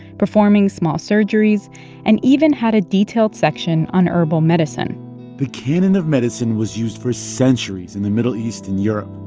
performing small surgeries and even had a detailed section on herbal medicine the canon of medicine was used for centuries in the middle east and europe.